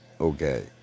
okay